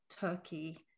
Turkey